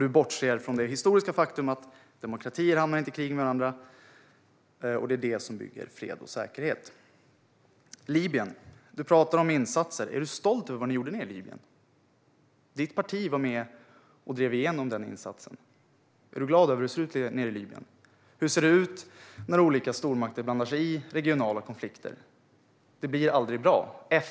Du bortser från det historiska faktum att demokratier inte hamnar i krig med varandra. De bygger fred och säkerhet. När det gäller Libyen talar du om insatser. Är du stolt över vad ni gjorde nere i Libyen? Ditt parti var med och drev igenom den insatsen. Är du glad över hur det ser ut nere i Libyen? Hur ser det ut när olika stormakter blandar sig i regionala konflikter? Det blir aldrig bra.